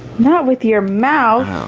not with your mouth